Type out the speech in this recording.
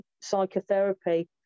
psychotherapy